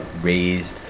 raised